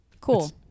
Cool